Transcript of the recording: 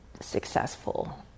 successful